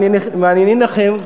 ומעניינים לכם,